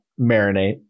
marinate